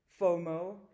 FOMO